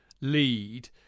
lead